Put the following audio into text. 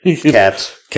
Cats